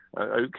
Okay